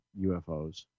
UFOs